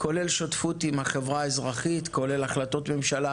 שותפות עם החברה האזרחית והחלטות ממשלה